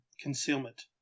Concealment